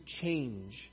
change